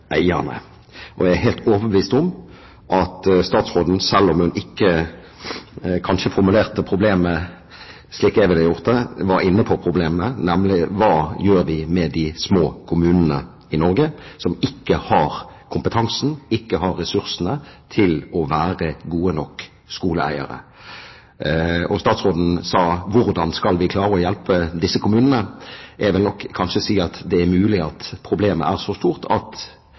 Jeg er helt overbevist om at statsråden – selv om hun kanskje ikke formulerte det slik jeg ville ha gjort det – var inne på problemet, nemlig: Hva gjør vi med de små kommunene i Norge som ikke har kompetansen, ikke har ressursene til å være gode nok skoleeiere? Og statsråden sa: Hvordan skal vi klare å hjelpe disse kommunene? Det er mulig at problemet er så stort at